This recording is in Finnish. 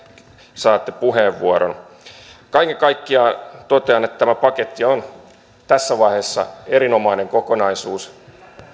saatte puheenvuoron kaiken kaikkiaan totean että tämä paketti on tässä vaiheessa erinomainen kokonaisuus